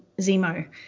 Zemo